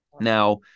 Now